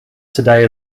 today